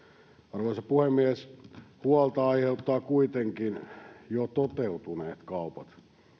arvoisa puhemies huolta aiheuttavat kuitenkin jo toteutuneet kaupat